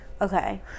Okay